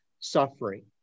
suffering